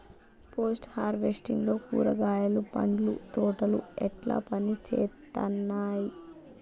Post harvesting లో కూరగాయలు పండ్ల తోటలు ఎట్లా పనిచేత్తనయ్?